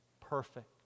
perfect